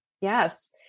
Yes